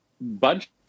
bunch